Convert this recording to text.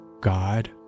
God